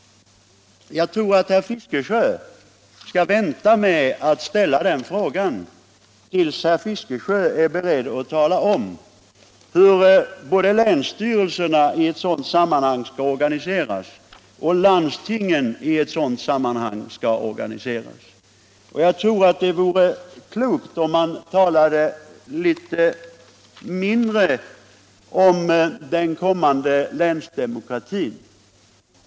Jag tror att herr Fiskesjö bör vänta med att ställa den frågan tills herr Fiskesjö är beredd att tala om hur både länsstyrelserna och landstingen i ett sådant sammanhang skall organiseras. Jag tror att det vore klokt om man talade litet mindre om den kommande länsdemokratin.